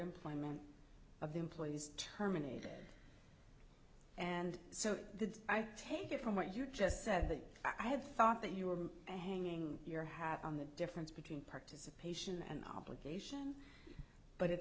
employment of the employees terminated and so i take it from what you just said that i had thought that you were hanging your hat on the difference between participation and obligation but it